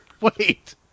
Wait